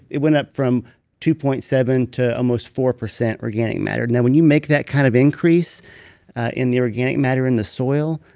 it went up from two point seven zero to almost four percent organic matter. and when you make that kind of increase in the organic matter in the soil,